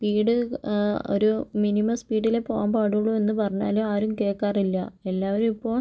speed ഒരു minimum സ്പീഡിൽ പോകാൻ പാടുള്ളൂ എന്ന് പറഞ്ഞാലും ആരും കേൾക്കാറില്ല എല്ലാവരും ഇപ്പോൾ